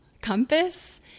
compass